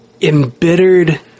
embittered